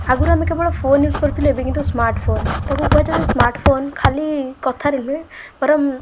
ଆଗରୁ ଆମେ କେବଳ ଫୋନ୍ ୟୁଜ୍ କରୁଥିଲୁ ଏବେ କିନ୍ତୁ ସ୍ମାର୍ଟଫୋନ୍ ତାକୁ କୁହାଯାଏ ସ୍ମାର୍ଟଫୋନ୍ ଖାଲି କଥାରେ ନୁହେଁ ବରଂ